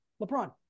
LeBron